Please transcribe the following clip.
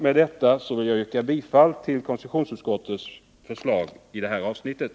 Med detta yrkar jag, herr talman, bifall till konstitutionsutskottets förslag beträffande detta avsnitt.